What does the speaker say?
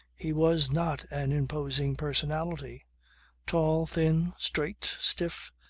he was not an imposing personality tall, thin, straight, stiff,